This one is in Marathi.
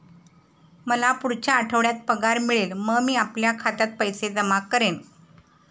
मला पुढच्या आठवड्यात पगार मिळेल मग मी आपल्या खात्यात पैसे जमा करेन